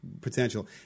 potential